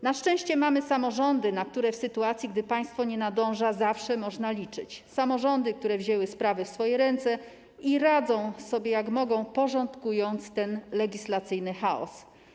Na szczęście mamy samorządy, na które w sytuacji, gdy państwo nie nadąża, zawsze można liczyć, samorządy, które wzięły sprawy w swoje ręce i radzą sobie, jak mogą, porządkując ten legislacyjny chaos.